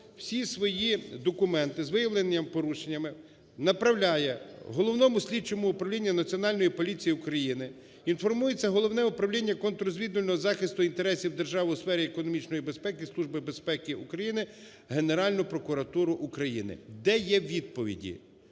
всі свої документи з виявленими порушеннями направляє Головному слідчому управлінню Національної поліції України, інформується Головне управління контррозвідувального захисту інтересів держави у сфері економічної безпеки Служби безпеки України, в Генеральну прокуратуру України. Де є відповіді?!